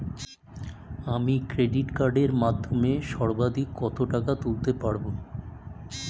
আমি ক্রেডিট কার্ডের মাধ্যমে সর্বাধিক কত টাকা তুলতে পারব?